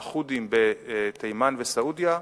ה"חות'ים" בתימן וסעודיה וכדומה.